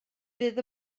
fydd